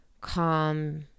calm